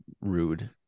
rude